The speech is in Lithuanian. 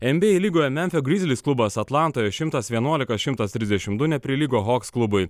enbyei lygoje memfio grizlys klubas atlantoje šimtas vienuolika šimtas trisdešim du neprilygo hoks klubui